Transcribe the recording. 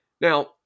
Now